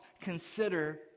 consider